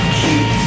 keep